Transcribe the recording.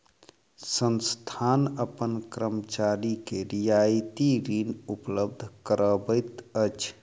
संस्थान अपन कर्मचारी के रियायती ऋण उपलब्ध करबैत अछि